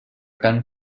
cant